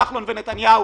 כחלון ונתניהו,